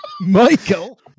Michael